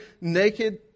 Naked